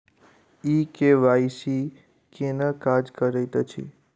ई KYC केना काज करैत अछि?